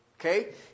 Okay